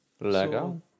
Lego